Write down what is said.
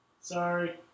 sorry